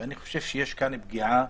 ואני חושב שיש כאן פגיעה